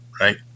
right